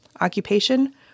Occupation